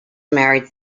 married